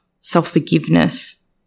self-forgiveness